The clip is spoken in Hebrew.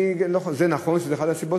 זה נכון שזו אחת הסיבות,